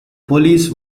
police